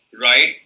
right